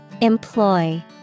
Employ